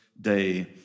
day